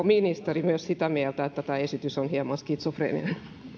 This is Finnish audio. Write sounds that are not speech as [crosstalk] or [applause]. [unintelligible] ministeri myös sitä mieltä että tämä esitys on hieman skitsofreeninen